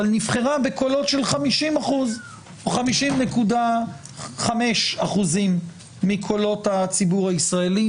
אבל נבחרה בקולות של 50% או 50.5% מקולות הציבור הישראלי,